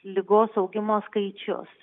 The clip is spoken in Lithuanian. ligos augimo skaičius